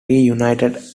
reunited